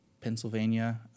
Pennsylvania